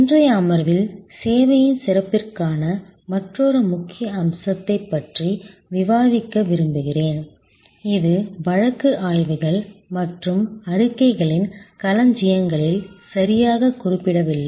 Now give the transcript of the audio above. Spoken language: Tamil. இன்றைய அமர்வில் சேவையின் சிறப்பிற்கான மற்றொரு முக்கிய அம்சத்தைப் பற்றி விவாதிக்க விரும்புகிறேன் இது வழக்கு ஆய்வுகள் மற்றும் அறிக்கைகளின் களஞ்சியங்களில் சரியாகக் குறிப்பிடப்படவில்லை